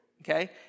okay